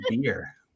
beer